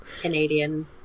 Canadian